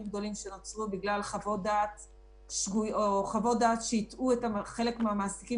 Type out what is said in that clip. גדולים שנוצרו בגלל חוות דעת שהטעו חלק מהמעסיקים